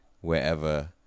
wherever